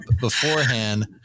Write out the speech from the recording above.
beforehand